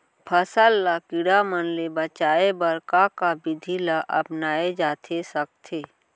फसल ल कीड़ा मन ले बचाये बर का का विधि ल अपनाये जाथे सकथे?